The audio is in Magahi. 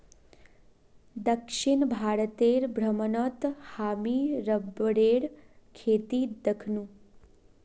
दक्षिण भारतेर भ्रमणत हामी रबरेर खेती दखनु